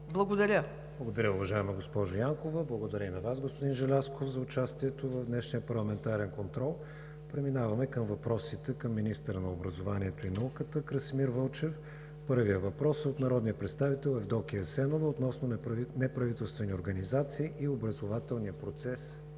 ВИГЕНИН: Благодаря, уважаема госпожо Янкова. Благодаря и на Вас, господин Желязков, за участието Ви в днешния парламентарен контрол. Преминаваме към въпросите към министъра на образованието и науката Красимир Вълчев. Първият въпрос е от народния представител Евдокия Асенова относно неправителствени организации и образователния процес